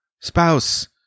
Spouse